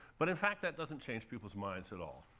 but in fact that doesn't change people's minds at all.